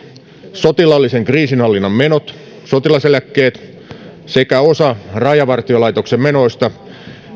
sotilaallisen kriisinhallinnan menot sotilaseläkkeet sekä osa rajavartiolaitoksen menoista